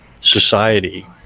society